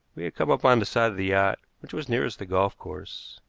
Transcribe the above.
we had come up on the side of the yacht which was nearest the golf course.